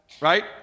Right